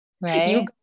right